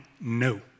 no